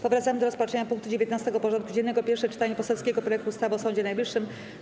Powracamy do rozpatrzenia punktu 19. porządku dziennego: Pierwsze czytanie poselskiego projektu ustawy o Sądzie Najwyższym.